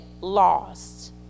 lost